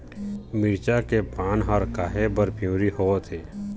मिरचा के पान हर काहे बर पिवरी होवथे?